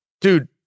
dude